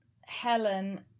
Helen